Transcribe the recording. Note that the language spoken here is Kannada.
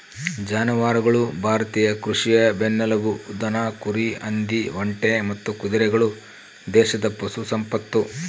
ಜಾನುವಾರುಗಳು ಭಾರತೀಯ ಕೃಷಿಯ ಬೆನ್ನೆಲುಬು ದನ ಕುರಿ ಹಂದಿ ಒಂಟೆ ಮತ್ತು ಕುದುರೆಗಳು ದೇಶದ ಪಶು ಸಂಪತ್ತು